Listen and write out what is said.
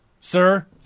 sir